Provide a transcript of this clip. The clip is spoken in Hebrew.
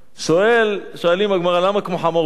שואלים בגמרא: למה כמו חמור ולא כמו כלב?